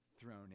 thrown